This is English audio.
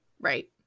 right